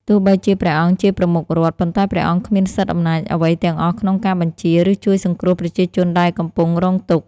ទោះបីជាព្រះអង្គជាប្រមុខរដ្ឋ ប៉ុន្តែព្រះអង្គគ្មានសិទ្ធិអំណាចអ្វីទាំងអស់ក្នុងការបញ្ជា ឬជួយសង្គ្រោះប្រជាជនដែលកំពុងរងទុក្ខ។